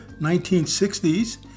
1960s